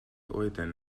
goeden